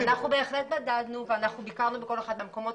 אנחנו בהחלט מדדנו ואנחנו ביקרנו בכל אחד מהמקומות